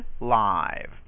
live